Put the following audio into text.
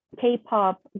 k-pop